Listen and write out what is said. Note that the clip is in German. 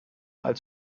als